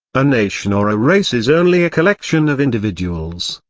a nation or a race is only a collection of individuals,